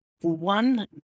One